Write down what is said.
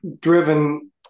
driven